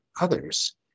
others